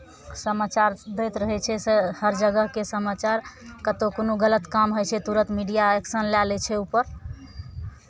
समाचार दैत रहै छै से हर जगहके समाचार कतहु कोनो गलत काम होइ छै तुरन्त मीडिया एक्शन लए लै छै ओहिपर